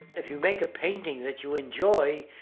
if you make a painting, that you enjoy,